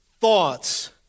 thoughts